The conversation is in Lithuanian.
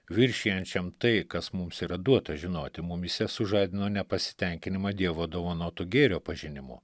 viršijančiam tai kas mums yra duota žinoti mumyse sužadino nepasitenkinimą dievo dovanotu gėrio pažinimu